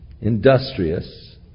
Industrious